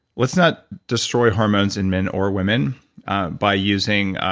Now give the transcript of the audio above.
let's not destroy hormones in men or women by using,